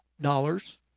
dollars